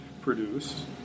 produce